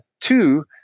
two